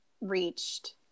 reached